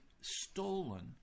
stolen